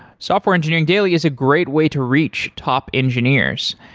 software engineering daily is a great way to reach top engineers.